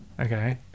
Okay